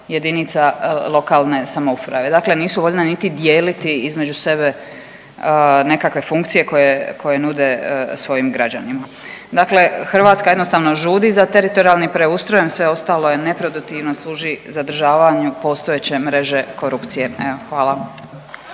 jedinica lokalne samouprave. Dakle, nisu voljna niti dijeliti između sebe nekakve funkcije koje nude svojim građanima. Dakle, Hrvatska jednostavno žudi za teritorijalnim preustrojem, sve ostalo je neproduktivno služi zadržavanju postojeće mreže korupcije. Evo